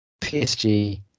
PSG